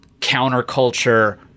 counterculture